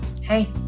hey